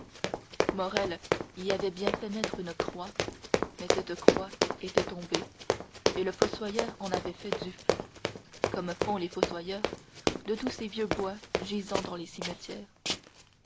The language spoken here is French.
morrel y avait bien fait mettre une croix mais cette croix était tombée et le fossoyeur en avait fait du feu comme font les fossoyeurs de tous ces vieux bois gisant dans les cimetières